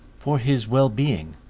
for his well-being,